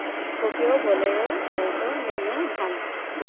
scorpio bolero alto nano van